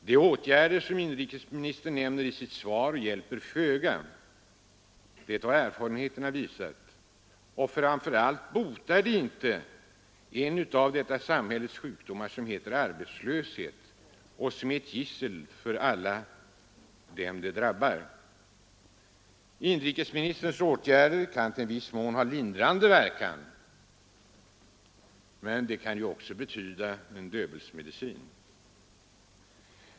De åtgärder som inrikesministern nämnde i sitt svar hjälper föga. Det har erfarenheterna visat. Och framför allt botar de inte en av detta samhälles sjukdomar som heter arbetslöshet och som är ett gissel för alla dem den drabbar. Inrikesministerns åtgärder kan i viss mån ha lindrande verkan, men de kan också vara en ”Döbelnsmedicin”.